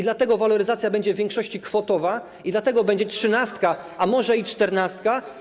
Dlatego waloryzacja będzie w większości kwotowa i dlatego będzie trzynastka, a może i czternastka.